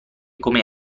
come